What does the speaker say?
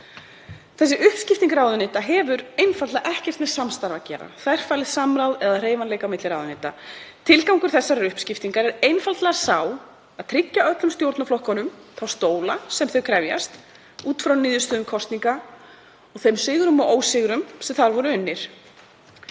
Þessi uppskipting ráðuneyta hefur einfaldlega ekkert með samstarf að gera, þverfaglegt samráð eða hreyfanleika á milli ráðuneyta. Tilgangur þessarar uppskiptingar er einfaldlega sá að tryggja öllum stjórnarflokkunum þá stóla sem þau krefjast út frá niðurstöðum kosninga og þeim sigrum og ósigrum sem þar voru unnir.